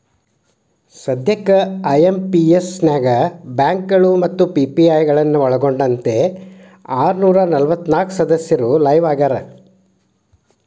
ಸದ್ಯಕ್ಕ ಐ.ಎಂ.ಪಿ.ಎಸ್ ನ್ಯಾಗ ಬ್ಯಾಂಕಗಳು ಮತ್ತ ಪಿ.ಪಿ.ಐ ಗಳನ್ನ ಒಳ್ಗೊಂಡಂತೆ ಆರನೂರ ನಲವತ್ನಾಕ ಸದಸ್ಯರು ಲೈವ್ ಆಗ್ಯಾರ